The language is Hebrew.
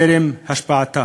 טרם השבעתה.